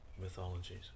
mythologies